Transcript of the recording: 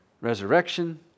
resurrection